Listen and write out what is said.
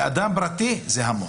בשביל אדם פרטי זה המון.